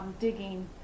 digging